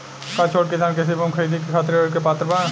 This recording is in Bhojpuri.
का छोट किसान कृषि भूमि खरीदे के खातिर ऋण के पात्र बा?